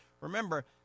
Remember